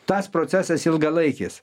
tas procesas ilgalaikis